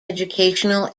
educational